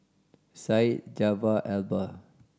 Syed Jaafar Albar